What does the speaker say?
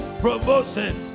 Promotion